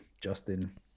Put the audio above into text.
justin